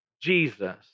Jesus